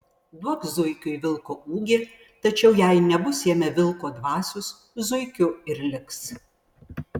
duok zuikiui vilko ūgį tačiau jai nebus jame vilko dvasios zuikiu ir liks